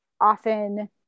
often